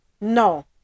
no